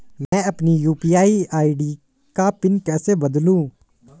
मैं अपनी UPI ID का पिन कैसे बदलूं?